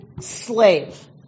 slave